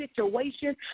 situation